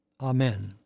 Amen